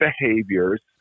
behaviors